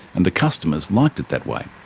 and the customers liked it that way.